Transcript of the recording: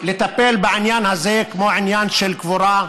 לטפל בעניין הזה, כמו עניין של קבורה,